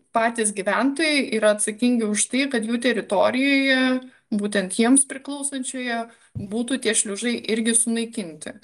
patys gyventojai yra atsakingi už tai kad jų teritorijoje būtent jiems priklausančioje būtų tie šliužai irgi sunaikinti